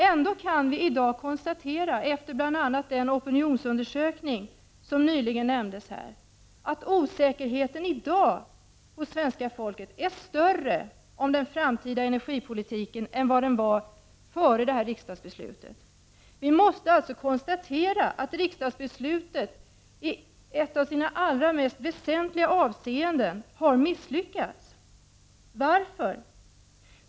Ändå kan vi konstatera, efter bl.a. den opinionsundersökning som nämndes här, att osäkerheten i dag hos svenska folket om den framtida energipolitiken är större än den var före detta riksdagsbeslut. Vi måste alltså konstatera att riksdagsbeslutet i ett av sina allra mest väsentliga avseenden har misslyckats. Varför?